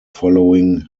following